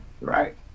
Right